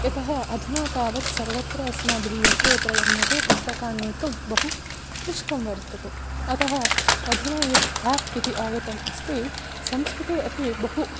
यतः अधुना तावत् सर्वत्र अस्माभिः यत्र यत्र गम्यते पुस्तकानि नेतुं बहु क्लिष्टं वर्तते अतः अधुना यत् एप् इति आगतम् अस्ति संस्कृते अपि बहु